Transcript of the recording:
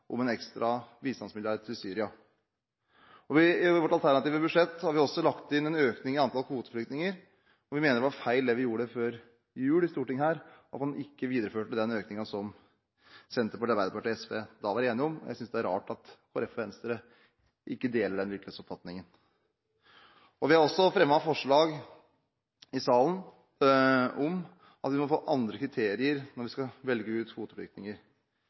om en ekstra bistandsmilliard til Syria. I vårt alternative budsjett har vi også lagt inn en økning i antall kvoteflyktninger, og vi mener det var feil, det vi gjorde før jul her i Stortinget, at man ikke videreførte den økningen som Senterpartiet, Arbeiderpartiet og SV da var enige om. Jeg synes det er rart at Kristelig Folkeparti og Venstre ikke deler den virkelighetsoppfatningen. Vi har også fremmet forslag i salen om at vi må få andre kriterier når vi skal velge ut kvoteflyktninger.